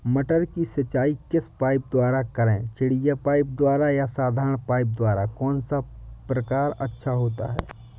मटर की सिंचाई किस पाइप द्वारा करें चिड़िया पाइप द्वारा या साधारण पाइप द्वारा कौन सा प्रकार अच्छा होता है?